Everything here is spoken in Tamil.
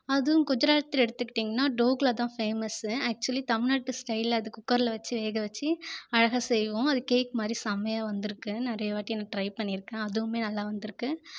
அதுவும் குஜராத்தில் எடுத்துகிட்டீங்கன்னா டொகுலாதா ஃபேமஸ்சு ஆக்சுவல்லி தமிழ்நாட்டு ஸ்டைலில் அது குக்கரில் வச்சு வேக வச்சு அழகாக செய்வோம் அது கேக் மாதிரி செமையா வந்துருக்குது நிறையா நான் வாட்டி ட்ரை பண்ணிருக்கேன் அதுவுமே நல்லா வந்துருக்குது